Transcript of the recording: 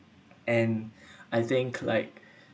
and I think like